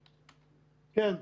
כן.